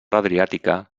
adriàtica